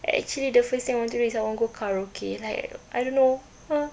actually the first thing I want to do is I want go karaoke like I don't know uh